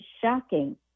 shocking